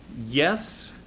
yes.